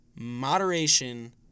moderation